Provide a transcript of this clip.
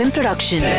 Production